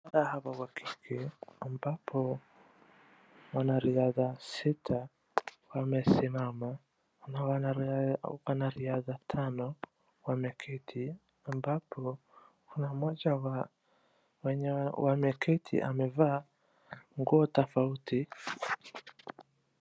Wanariadha hawa wa kike ambapo wanariadha sita wamesimama, wanariadha tano wameketi ambapo kuna moja wa wenye wameketi amevaa nguo tofauti.